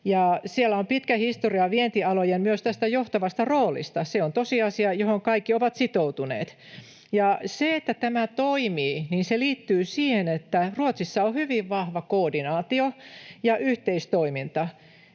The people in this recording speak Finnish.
Siellä on pitkä historia myös tästä vientialojen johtavasta roolista. Se on tosiasia, johon kaikki ovat sitoutuneet. Ja se, että tämä toimii, liittyy siihen, että Ruotsissa on hyvin vahva koordinaatio ja yhteistoiminta.